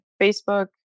Facebook